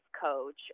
coach